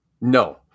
No